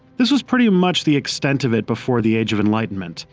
this was pretty much the extent of it before the age of enlightenment.